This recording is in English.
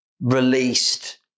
released